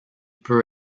peu